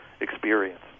experience